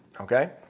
Okay